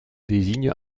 désigne